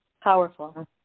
Powerful